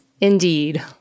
Indeed